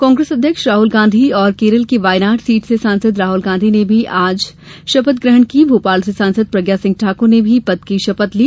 कांग्रेस अध्यक्ष राहल गांधी और केरल की वायनाड सीट से सांसद राहल गांधी ने भी आज शपथ ग्रहण की भोपाल से सांसद प्रज्ञा सिंह ठाक्र ने भी पद की शपथ ली